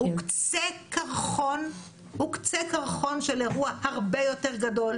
הוא קצה קרחון של אירוע הרבה יותר גדול,